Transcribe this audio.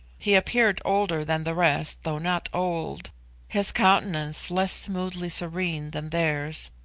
he appeared older than the rest, though not old his countenance less smoothly serene than theirs,